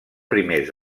primers